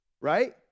right